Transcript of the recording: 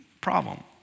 problem